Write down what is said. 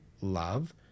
love